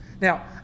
Now